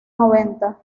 noventa